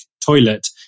toilet